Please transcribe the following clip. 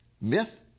Myth